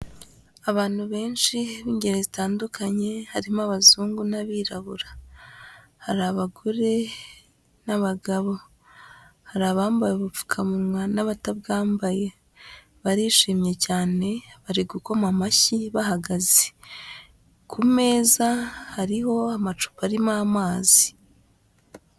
Abantu benshi b'ingeri zitandukanye harimo abazungu n'abirabura, hari abagore n'abagabo, hari abambaye ubupfukamunwa n'abatabyambaye barishimye cyane bari gukoma amashyi bahagaze, ku meza hariho amacupa arimo amazi.